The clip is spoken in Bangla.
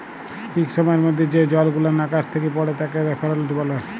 ইক সময়ের মধ্যে যে জলগুলান আকাশ থ্যাকে পড়ে তাকে রেলফল ব্যলে